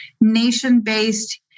nation-based